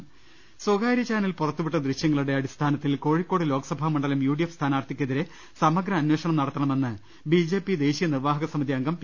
്്്് സ്വകാര്യ ചാനൽ പുറത്തുവിട്ട ദൃശ്യങ്ങളുടെ അടിസ്ഥാനത്തിൽ കോഴി ക്കോട് ലോക്സഭാ മണ്ഡലം യുഡിഎഫ് സ്ഥാനാർത്ഥിക്കെതിരെ സമ ഗ്ര അന്വേഷണം നടത്തണമെന്ന് ബിജെപി ദേശീയ നിർവാഹക സമിതി അംഗം പി